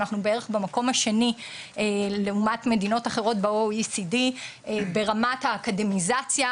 אנחנו בערך במקום השני לעומת מדינות אחרות ב-OECD ברמת האקדמיזציה,